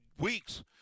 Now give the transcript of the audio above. weeks